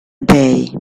bay